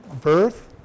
birth